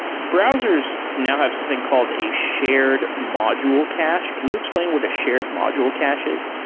browsers now have something called a shared module cache. can you explain what a shared module cache is?